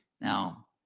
Now